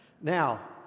Now